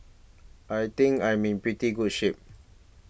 I think I'm in pretty good shape